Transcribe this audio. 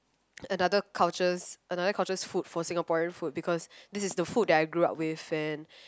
another culture's another culture's food for Singaporean food because this is the food that I grew up with and